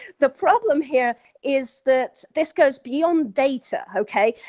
the problem here is that this goes beyond data. ok,